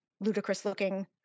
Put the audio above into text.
ludicrous-looking